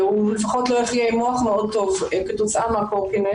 הוא לפחות לא יחיה עם מוח מאוד טוב כתוצאה מהקורקינט,